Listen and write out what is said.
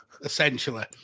essentially